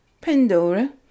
Pandora